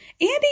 Andy